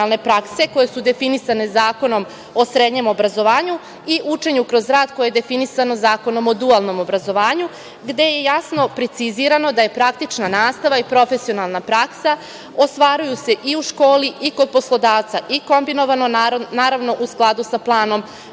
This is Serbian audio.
koje se definisane Zakonom o srednjem obrazovanju i učenju kroz rad koje je definisano Zakonom o dualnom obrazovanju, gde je jasno precizirano da se praktična nastava i profesionalna praksa ostvaruju i u školi i kod poslodavca i kombinovano, naravno u skladu sa planom